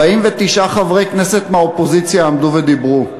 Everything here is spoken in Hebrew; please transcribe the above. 49 חברי כנסת מהאופוזיציה עמדו ודיברו.